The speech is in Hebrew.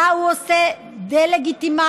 שלה הוא עושה דה-לגיטימציה,